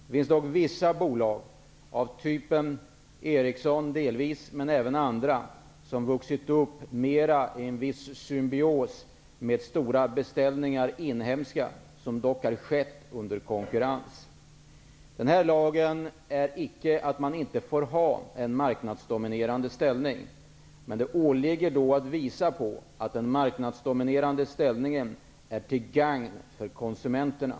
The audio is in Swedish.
Det finns vissa bolag, t.ex. Ericsson, som har vuxit upp mer i symbios med stora inhemska beställningar -- fortfarande dock i konkurrens. Den här lagen innebär icke att man inte får ha en marknadsdominerande ställning. Men då måste man kunna visa att den marknadsdominerande ställningen är till gagn för konsumenterna.